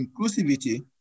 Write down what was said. inclusivity